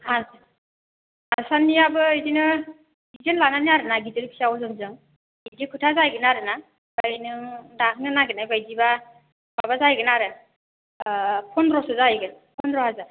आस आसाननियाबो बिदिनो डिजेन लानानै आरोना गिदिर फिसा अजनजों बिदि खोथा जाहैगोन आरोना आमफ्राय नों दाहोनो नागिरनाय बायदिबा माबा जाहैगोन आरो ओह फनद्रसो जाहैगोन फनद्र हाजार